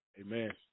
Amen